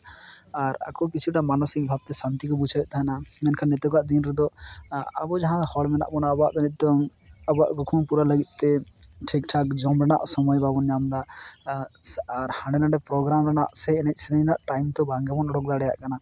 ᱟᱨ ᱟᱠᱚ ᱠᱤᱪᱷᱩᱴᱟ ᱢᱟᱱᱚᱥᱤᱠ ᱵᱷᱟᱵᱛᱮ ᱥᱟᱱᱛᱤ ᱠᱚ ᱵᱩᱡᱷᱟᱹᱣᱮᱫ ᱛᱟᱦᱮᱱᱟ ᱢᱮᱱᱠᱷᱟᱱ ᱱᱤᱛᱳᱜᱟᱜ ᱫᱤᱱ ᱨᱮᱫᱚ ᱟᱚ ᱡᱟᱦᱟᱸ ᱦᱚᱲ ᱢᱮᱱᱟᱜ ᱵᱚᱱᱟ ᱟᱵᱚᱣᱟᱜ ᱫᱚ ᱱᱤᱛᱳᱝ ᱟᱵᱚᱣᱟᱜ ᱠᱩᱠᱢᱩ ᱯᱩᱨᱟᱹᱣ ᱞᱟᱹᱜᱤᱫ ᱛᱮ ᱴᱷᱤᱠᱼᱴᱷᱟᱠ ᱡᱚᱢ ᱨᱮᱱᱟᱜ ᱥᱚᱢᱚᱭ ᱵᱟᱵᱚᱱ ᱧᱟᱢᱮᱫᱟ ᱟᱨ ᱦᱟᱸᱰᱮ ᱱᱷᱟᱰᱮ ᱯᱨᱳᱜᱨᱟᱢ ᱨᱮᱱᱟᱜ ᱥᱮ ᱮᱱᱮᱡ ᱥᱮᱨᱮᱧ ᱨᱮᱱᱟᱜ ᱴᱟᱭᱤᱢ ᱛᱚ ᱵᱟᱝ ᱜᱮᱵᱚᱱ ᱚᱰᱚᱠ ᱫᱟᱲᱮᱭᱟᱜ ᱠᱟᱱᱟ